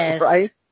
Right